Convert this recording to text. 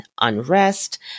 unrest